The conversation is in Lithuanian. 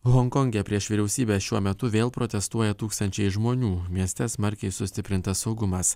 honkonge prieš vyriausybę šiuo metu vėl protestuoja tūkstančiai žmonių mieste smarkiai sustiprintas saugumas